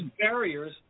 barriers